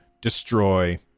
destroy